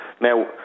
Now